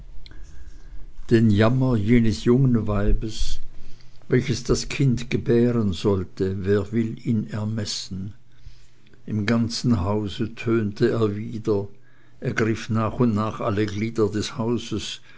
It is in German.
den jammer jenes jungen weibes welches das kind gebären sollte wer will ihn ermessen im ganzen hause tönte er wider ergriff nach und nach alle glieder des hauses